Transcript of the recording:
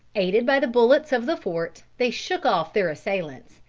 aided by the bullets of the fort, they shook off their assailants,